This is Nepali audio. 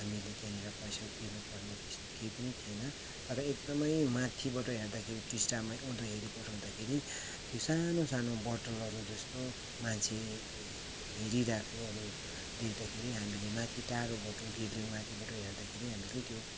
हामीले त्यानिर पैसा तिर्नु पर्ने त्यस्तो केही पनि थिएन तर एक्दमै माथिबाट हेर्दाखेरि टिस्टामा उँधो हेरी पठाउँदाखेरि त्यो सानो सानो बोतलहरू जस्तो मान्छे हिँडीरहेकोहरू देख्दाखेरि हामीले माथि टाढोबाट घिर्लिङमाथिबाट हेर्दाखेरि हामीले त्यो